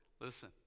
listen